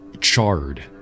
charred